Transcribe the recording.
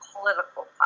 political